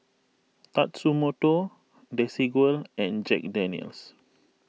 Tatsumoto Desigual and Jack Daniel's